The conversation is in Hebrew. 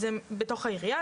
זה בתוך העירייה,